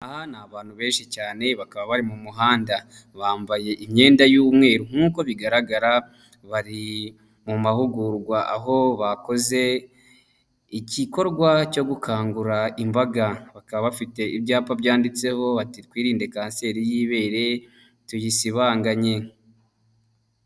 Aba ni abantu benshi cyane bakaba bari mu muhanda bambaye imyenda y'umweru nk'uko bigaragara bari mu mahugurwa aho bakoze igikorwa cyo gukangura imbaga bakaba bafite ibyapa byanditseho bati twirinde kanseri y'ibere tuyisibanganye.